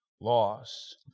loss